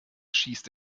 schießt